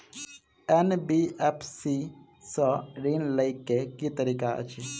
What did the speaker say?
NBFC सँ ऋण लय केँ की तरीका अछि?